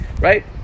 right